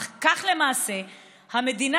אך כך למעשה המדינה,